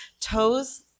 Toes